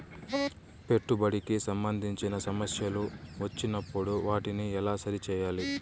పెట్టుబడికి సంబంధించిన సమస్యలు వచ్చినప్పుడు వాటిని ఎలా సరి చేయాలి?